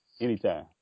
Anytime